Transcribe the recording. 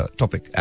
topic